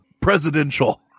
Presidential